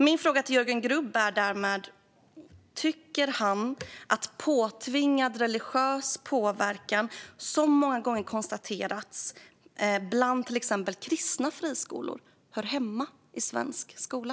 Min fråga till Jörgen Grubb är därmed om han tycker att påtvingad religiös påverkan, som många gånger konstaterats i till exempel kristna friskolor, hör hemma i svensk skola?